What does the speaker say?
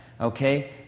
okay